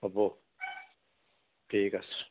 হ'ব ঠিক আছে